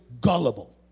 gullible